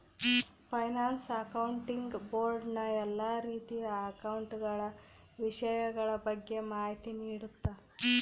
finance accounting board ನ ಎಲ್ಲಾ ರೀತಿಯ ಅಕೌಂಟ ಗಳ ವಿಷಯಗಳ ಬಗ್ಗೆ ಮಾಹಿತಿ ನೀಡುತ್ತ